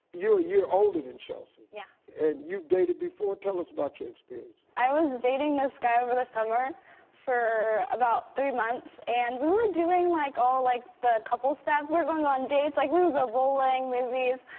you're a year older than chelsea. yeah. and you've dated before, tell us about your experience. i was dating this guy over the summer for about three months and we were doing like all like the couple stuff, we were going on dates, like we would go bowling, movies,